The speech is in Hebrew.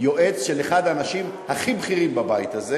יועץ של אחד האנשים הכי בכירים בבית הזה,